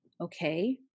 okay